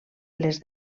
les